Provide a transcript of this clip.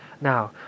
now